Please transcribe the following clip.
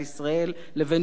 לבין ז'בוטינסקי,